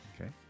Okay